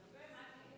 יפה, מטי.